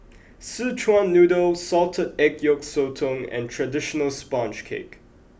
Szechuan noodle salted egg yolk sotong and traditional sponge cake